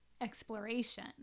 exploration